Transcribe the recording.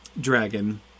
dragon